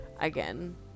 again